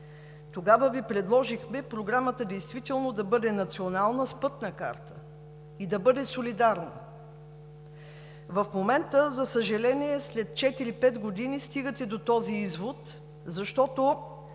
Тогава Ви предложихме Програмата да бъде национална, с пътна карта и да бъде солидарна. В момента, за съжаление, след 4 – 5 години стигате до този извод, защото